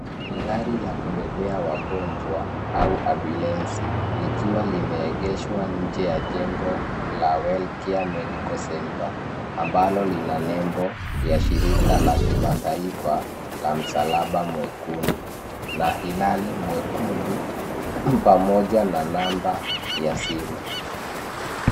Ni gari la kubebea wagonjwa au ambulensi likiwa limeegeshwa nje ya jengo la welcare medical center ambalo lina nembo ya shirika la kimataifa la msalaba mwekundu na hilali mwekundu pamoja na namba ya simu.